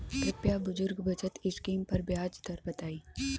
कृपया बुजुर्ग बचत स्किम पर ब्याज दर बताई